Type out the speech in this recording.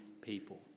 people